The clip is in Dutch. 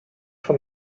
van